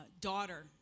daughter